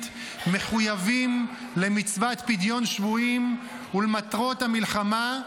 מחויבים למצוות פדיון שבויים ולמטרות המלחמה,